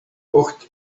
oht